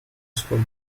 school